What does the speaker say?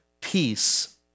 peace